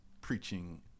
preaching